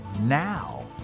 now